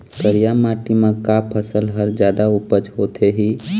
करिया माटी म का फसल हर जादा उपज होथे ही?